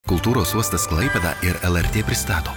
kultūros uostas klaipėda ir lrt pristato